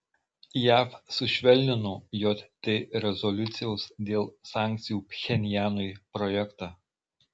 jav sušvelnino jt rezoliucijos dėl sankcijų pchenjanui projektą